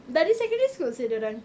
dari secondary school seh dia orang